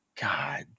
God